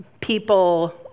people